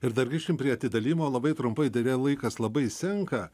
ir dar grįžkim prie atidalijimo labai trumpai deja laikas labai senka